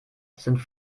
sind